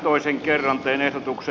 toisen kerran tänne tutuksi